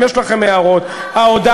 אם יש לכם הערות, מה העונש?